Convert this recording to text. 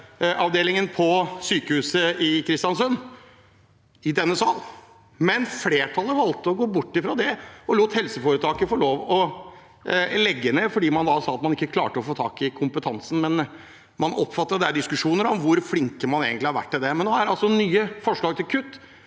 fødeavdelingen på sykehuset i Kristiansund, men flertallet valgte å gå bort fra det og lot helseforetaket få lov til å legge ned. Man sa det var fordi man ikke klarte å få tak i kompetansen, men man oppfatter at det er diskusjoner om hvor flinke man egentlig har vært til det. Nå er det altså nye forslag til kutt